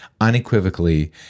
unequivocally